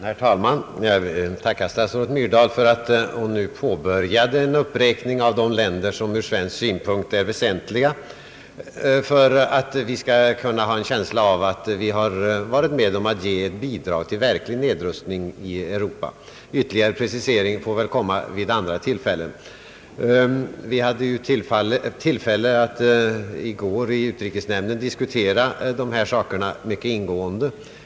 Herr talman! Jag tackar statsrådet Myrdal för att hon nu påbörjade en uppräkning av de länder, som från svensk synpunkt är väsentliga för att vi skall kunna ha en känsla av att vi varit med om att ge bidrag till verklig nedrustning i Europa. Ytterligare pre cisering får väl komma vid andra tillfällen. Vi hade i går i utrikesnämnden tillfälle att diskutera dessa problem mycket ingående.